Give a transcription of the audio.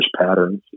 patterns